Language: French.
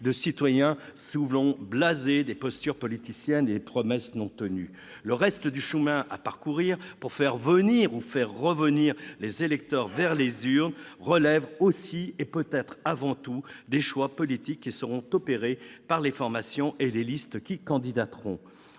de citoyens souvent blasés des postures politiciennes et des promesses non tenues. Le reste du chemin à parcourir pour faire venir ou revenir les électeurs vers les urnes relève aussi, et peut-être avant tout, des choix politiques qui seront opérés par les formations et les listes qui candidateront.